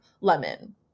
lemon